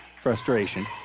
frustration